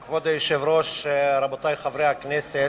כבוד היושב-ראש, רבותי חברי הכנסת,